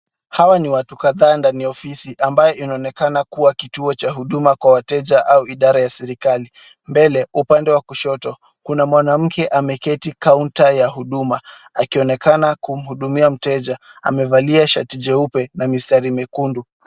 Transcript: Hawa ni watu kadhaa ndani ya ofisi ambayo inaonekana kuwa kituo cha huduma kwa wateja au idara ya serikali. Mbele upande wa kushoto kuna mwanamke ameketi counter ya huduma akionekana kumhudumia mteja, amevalia shati jeupe na mistari mekundu.